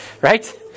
right